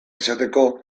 izateko